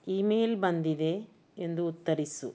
e mail ಬಂದಿದೆ ಎಂದು ಉತ್ತರಿಸು